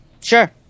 Sure